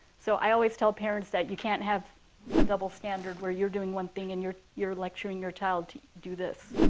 so i always tell parents that you can't have a double standard where you're doing one thing, and you're you're lecturing your child to do this.